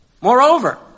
Moreover